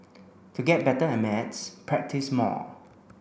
to get better at maths practise more